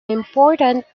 important